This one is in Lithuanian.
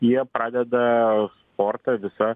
jie pradeda sportą visą